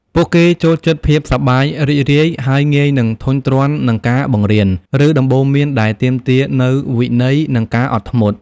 ពួកគេចូលចិត្តភាពសប្បាយរីករាយ ហើយងាយនឹងធុញទ្រាន់នឹងការបង្រៀន ឬដំបូន្មានដែលទាមទារនូវវិន័យ និងការអត់ធ្មត់។